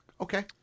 Okay